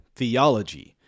theology